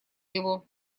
его